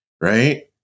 Right